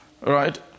Right